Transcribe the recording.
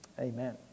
Amen